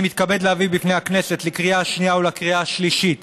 אני מתכבד להביא בפני הכנסת לקריאה השנייה ולקריאה השלישית